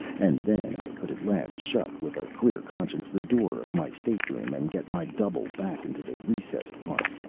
and then i could at last shut, with a clear conscience, the door of my stateroom and get my double back into the recessed part.